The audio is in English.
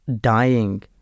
dying